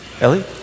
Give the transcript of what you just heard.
Ellie